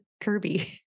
Kirby